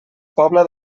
pobla